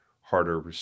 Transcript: harder